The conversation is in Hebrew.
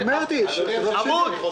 אדוני היושב-ראש,